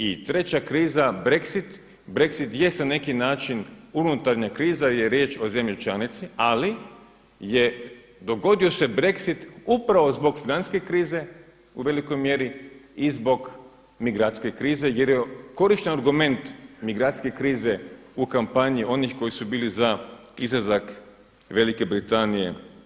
I treća kriza Brexit, Brexit je sada na neki način unutarnja kriza jer je riječ o zemlji članici, ali je dogodio se Brexit upravo zbog financijske krize u velikoj mjeri i zbog migracijske krize jer je korišten argument migracijske krize u kampanji onih koji su bili za izlazak UK iz EU.